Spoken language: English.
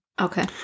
okay